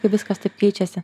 kai viskas taip keičiasi